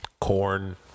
corn